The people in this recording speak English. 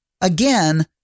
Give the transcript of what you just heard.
again